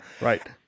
Right